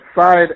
side